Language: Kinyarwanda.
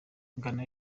ghana